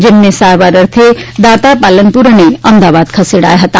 જેમને સારવાર અર્થે દાતાં પાલનપુર અમદાવાદ ખસેડાયા હતા